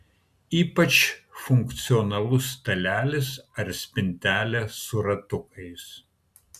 ypač funkcionalus stalelis ar spintelė su ratukais